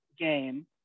game